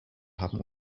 haben